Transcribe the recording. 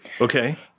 Okay